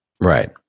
Right